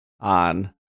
on